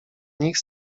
nich